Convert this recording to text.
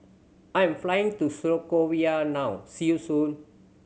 I am flying to Slovakia now see you soon